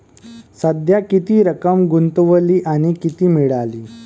सध्या किती रक्कम गुंतवली आणि किती मिळाली